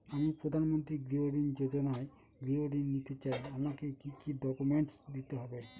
আমি প্রধানমন্ত্রী গৃহ ঋণ যোজনায় গৃহ ঋণ নিতে চাই আমাকে কি কি ডকুমেন্টস দিতে হবে?